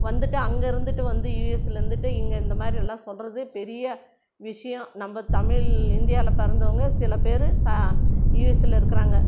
வந்துட்டு அங்கே இருந்துட்டு வந்து யூஎஸ்லேர்ந்துட்டு இங்கே இந்தமாதிரி எல்லாம் சொல்கிறது பெரிய விஷயம் நம்ம தமிழ் இந்தியாவில பிறந்தவங்க சில பேர் கா யூஎஸ்ல இருக்கிறாங்க